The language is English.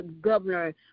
governor